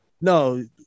No